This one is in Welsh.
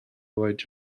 lloyd